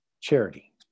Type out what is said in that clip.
charity